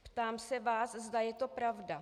Ptám se vás, zda je to pravda.